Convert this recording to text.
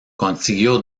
consiguió